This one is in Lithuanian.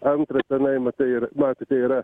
antrą tenai matai ir matote yra